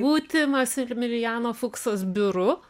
būti masilmiliano fuksas biuru